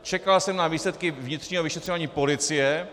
Čekal jsem na výsledky vnitřního vyšetřování policie.